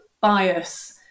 bias